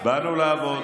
באנו לעבוד.